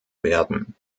werden